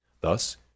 Thus